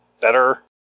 better